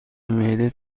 معده